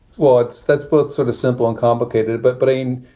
well, it's that's both sort of simple and complicated. but but i mean,